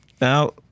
Now